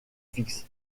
fix